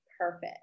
Perfect